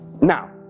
Now